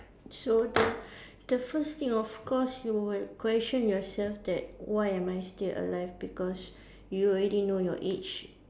so the the first thing of course you would question yourself that why am I still alive because you already know your age